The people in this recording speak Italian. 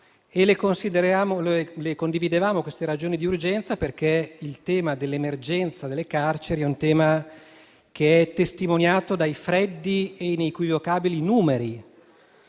e condividevamo queste ragioni di urgenza perché il tema dell'emergenza nelle carceri è testimoniato dai freddi e inequivocabili numeri.